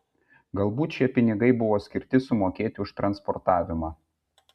galbūt šie pinigai buvo skirti sumokėti už transportavimą